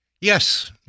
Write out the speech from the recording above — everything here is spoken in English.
Yes